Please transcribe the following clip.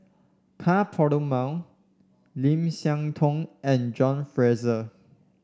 Ka Perumal Lim Siah Tong and John Fraser